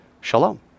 shalom